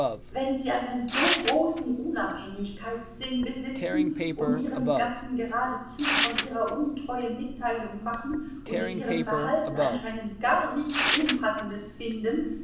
wenn sie einen so großen unabhängigkeitssinn besitzen und ihrem gatten geradezu von ihrer untreue mitteilung machen und in ihrem verhalten anscheinend gar nichts unpassendes finden